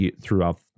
throughout